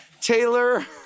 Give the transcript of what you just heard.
Taylor